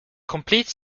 complete